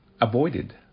avoided